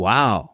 Wow